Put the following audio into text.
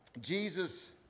Jesus